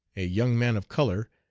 a young man of color,